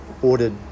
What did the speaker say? ordered